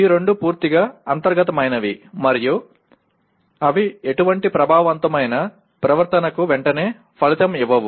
ఈ రెండు పూర్తిగా అంతర్గతమైనవి మరియు అవి ఎటువంటి ప్రభావవంతమైన ప్రవర్తనకు వెంటనే ఫలితం ఇవ్వవు